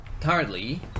currently